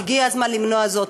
הגיע הזמן למנוע זאת.